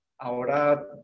Ahora